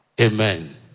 Amen